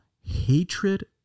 hatred